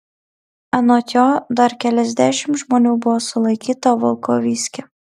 anot jo dar keliasdešimt žmonių buvo sulaikyta volkovyske